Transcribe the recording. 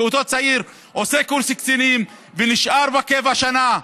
כי אותו צעיר עושה קורס קצינים ונשאר בקבע שנה,